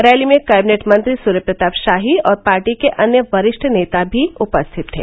rally में cabinet मंत्री सूर्य प्रताप शाही और पार्टी के अन्य वरिष्ठ नेता भी उपस्थित थे